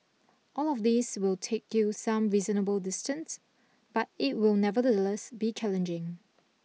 all of these will take you some reasonable distance but it will nevertheless be challenging